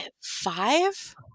five